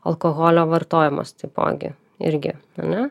alkoholio vartojimas taipogi irgi ar ne